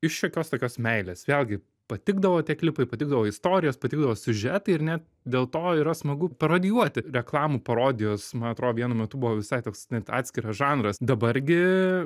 iš šiokios tokios meilės vėlgi patikdavo tie klipai patikdavo istorijos patikdavo siužetai ir ne dėl to yra smagu parodijuoti reklamų parodijos man atrodo vienu metu buvo visai toks net atskiras žanras dabar gi